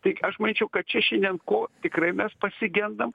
tai aš manyčiau kad čia šiandien ko tikrai mes pasigendam